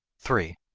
three.